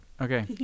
Okay